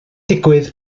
digwydd